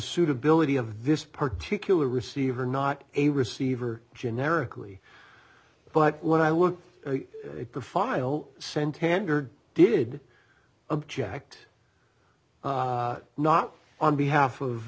suitability of this particular receiver not a receiver generically but when i looked at the file santander did object not on behalf